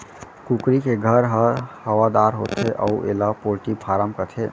कुकरी के घर ह हवादार होथे अउ एला पोल्टी फारम कथें